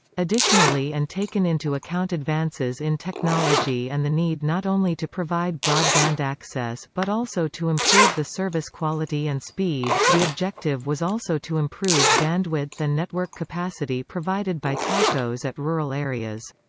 additionally and taken into account advances in technology and the need not only to provide broadband access but also to improve the service quality and speed, the objective was also to improve bandwidth and network capacity provided by telcos at rural areas.